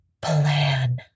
plan